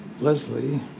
Leslie